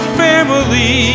family